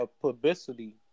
publicity